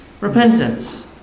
Repentance